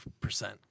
percent